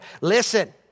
Listen